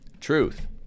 truth